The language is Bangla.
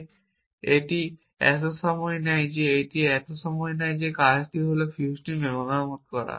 তাই এটি এত সময় নেয় এবং কাজটি হল ফিউজটি মেরামত করা